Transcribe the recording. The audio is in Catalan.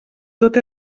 tot